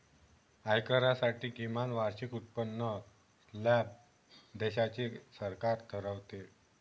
आयकरासाठी किमान वार्षिक उत्पन्न स्लॅब देशाचे सरकार ठरवते